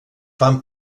van